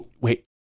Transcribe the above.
wait